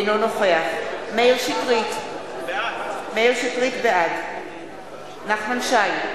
אינו נוכח מאיר שטרית, בעד נחמן שי,